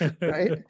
right